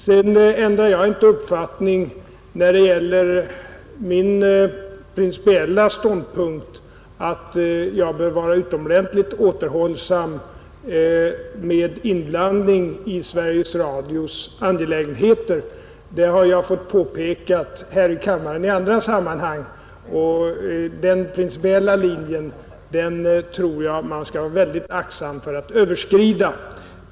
Sedan ändrar jag inte min principiella ståndpunkt att jag bör vara utomordentligt återhållsam med inblandning i Sveriges Radios angelägenheter. Det har jag fått påpekat här i kammaren i andra sammanhang. Den principiella linjen tror jag man skall vara mycket aktsam att överskrida.